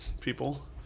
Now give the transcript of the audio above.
people